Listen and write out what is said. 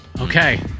okay